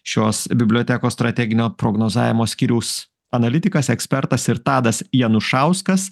šios bibliotekos strateginio prognozavimo skyriaus analitikas ekspertas ir tadas janušauskas